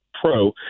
Pro